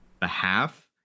behalf